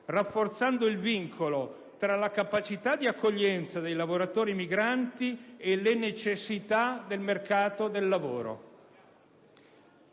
rafforzando il vincolo tra la capacità di accoglienza dei lavoratori migranti e le necessità del mercato del lavoro».